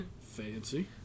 Fancy